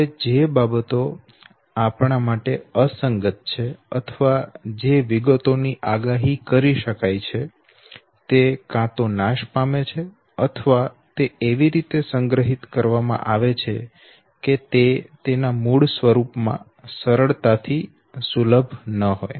હવે જે બાબતો આપણા માટે અસંગત છે અથવા જે વિગતો ની આગાહી કરી શકાય છે તે કાં તો નાશ પામે છે અથવા તે એવી રીતે સંગ્રહિત કરવામાં આવે છે કે તે તેના મૂળ સ્વરૂપમાં સરળતાથી સુલભ ન હોય